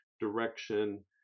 direction